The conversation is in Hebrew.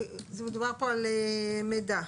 מדובר פה על מידע.